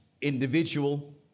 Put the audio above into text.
individual